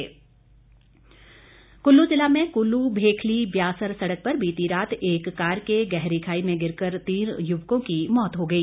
दुर्घटना कुल्लू ज़िला में कुल्लू भेखली व्यासर सड़क पर बीती रात एक कार के गहरी खाई में गिरकर तीन युवकों की मौत हो गई